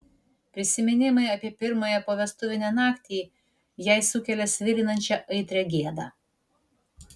prisiminimai apie pirmąją povestuvinę naktį jai sukelia svilinančią aitrią gėdą